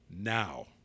now